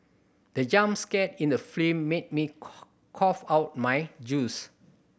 the jump scare in the film made me cough out my juice